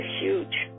huge